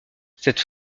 cette